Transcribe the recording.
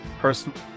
personal